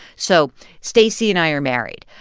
so stacey and i are married,